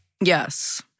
Yes